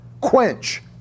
quench